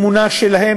לפי האמונה שלהם,